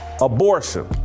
Abortion